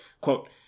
quote